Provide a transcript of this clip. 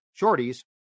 shorties